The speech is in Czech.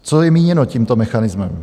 Co je míněno tímto mechanismem?